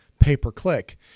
pay-per-click